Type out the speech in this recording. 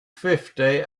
fifty